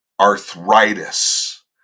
arthritis